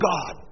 God